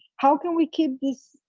how can we keep this,